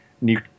new